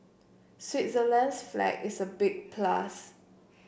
Switzerland's flag is a big plus